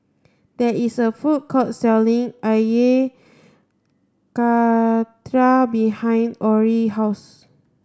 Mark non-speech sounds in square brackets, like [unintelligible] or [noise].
there is a food court selling [unintelligible] Karthira behind Orie's house